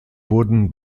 wurden